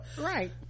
right